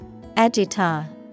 Agita